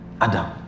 Adam